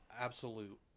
absolute